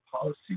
policy